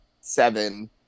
Seven